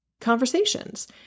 conversations